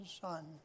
Son